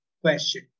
question